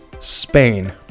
Spain